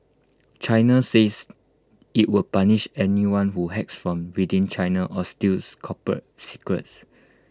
China says IT will punish anyone who hacks from within China or steals corporate secrets